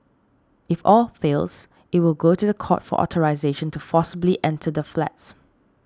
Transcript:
if all fails it will go to the court for authorisation to forcibly enter the flats